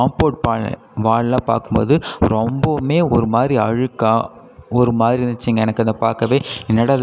compound பால் வால்லாம் பார்க்கும்போது ரொம்பவுமே ஒரு மாரி அழுக்காக ஒரு மாரி இருந்துச்சுங்க எனக்கு அதை பார்க்கவே என்னடா இது